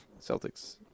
Celtics